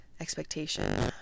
expectation